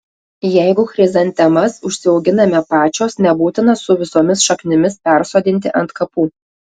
jeigu chrizantemas užsiauginame pačios nebūtina su visomis šaknimis persodinti ant kapų